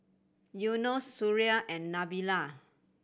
Yunos Suria and Nabila